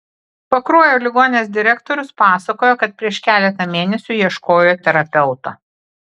pakruojo ligoninės direktorius pasakojo kad prieš keletą mėnesių ieškojo terapeuto